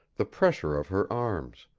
the pressure of her arms,